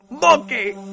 Monkey